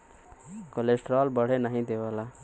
cholesterol बढ़े नाही देवला